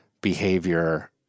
behavior